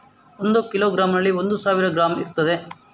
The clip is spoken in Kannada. ಒಂದು ಕಿಲೋಗ್ರಾಂನಲ್ಲಿ ಒಂದು ಸಾವಿರ ಗ್ರಾಂ ಇರ್ತದೆ